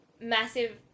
Massive